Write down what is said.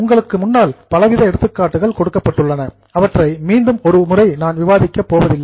உங்களுக்கு முன்னால் பல விதமான எடுத்துக்காட்டுகள் கொடுக்கப்பட்டுள்ளன அவற்றை மீண்டும் ஒருமுறை நான் விவாதிக்கப் போவதில்லை